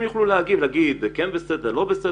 חובה להתקין על פי התקן האירופאי ושהם יוכלו להגיב למהלך זה.